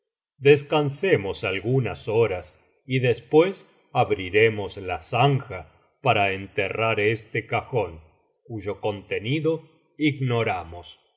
descansemos algunas horas y después abriremos la zanja para enterrar este cajón cuyo contenido ignorarnos